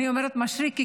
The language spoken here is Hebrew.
אני אומרת משריקי,